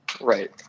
Right